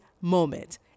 moment